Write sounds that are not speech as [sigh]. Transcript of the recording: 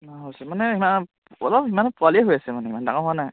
[unintelligible] হৈছে মানে ইমান অলপ ইমান পোৱালী হৈ আছে মানে ইমান ডাঙৰ হোৱা নাই